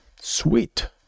Sweet